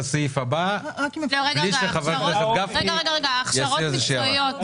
לגבי הכשרות מקצועיות.